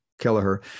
Kelleher